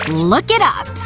look it up.